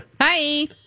Hi